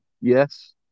Yes